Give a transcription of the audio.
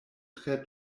tre